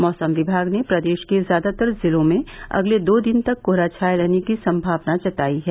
मौसम विभाग ने प्रदेश के ज्यादातर जिलों में अगले दो दिन तक कोहरा छाये रहने की सम्मावना जताई है